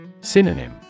Synonym